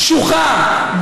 קשוחה,